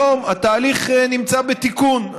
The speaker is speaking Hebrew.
היום התהליך נמצא בתיקון.